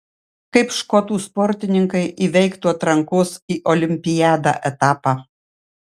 kaip škotų sportininkai įveiktų atrankos į olimpiadą etapą